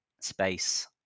space